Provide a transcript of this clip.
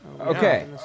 Okay